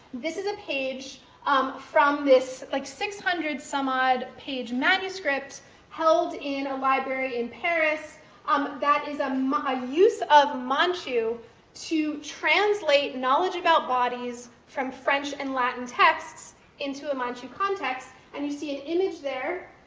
this is a page um from this like six hundred some odd page manuscript held in a library in paris um that is a use of manchu to translate knowledge about bodies from french and latin texts into a manchu context. and you see an image there.